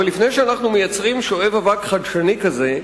אבל לפני שאנחנו מייצרים "שואב אבק" חדשני כזה,